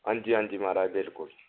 हां जी हां जी महाराज बिलकुल